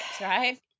right